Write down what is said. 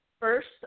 first